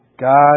God